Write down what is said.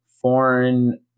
foreign